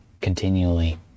continually